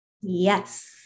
Yes